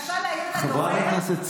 חברת הכנסת סטרוק,